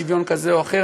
שוויון כזה או אחר,